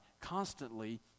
constantly